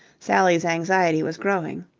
sally's anxiety was growing.